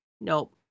nope